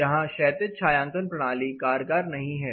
यहां क्षैतिज छायांकन प्रणाली कारगार नहीं है